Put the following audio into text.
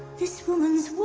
this woman's.